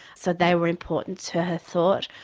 so they were important to her thought.